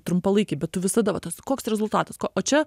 trumpalaikiai bet tu visada va tas koks rezultatas ko o čia